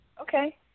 okay